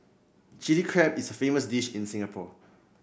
Chilli Crab is a famous dish in Singapore